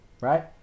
right